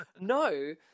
No